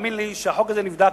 האמן לי שהחוק הזה נבדק,